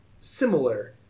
similar